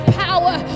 power